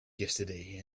yesterday